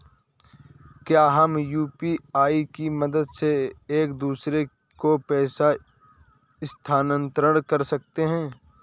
क्या हम यू.पी.आई की मदद से एक दूसरे को पैसे स्थानांतरण कर सकते हैं?